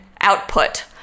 output